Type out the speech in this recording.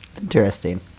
Interesting